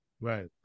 Right